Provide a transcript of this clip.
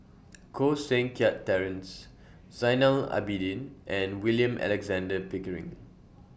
Koh Seng Kiat Terence Zainal Abidin and William Alexander Pickering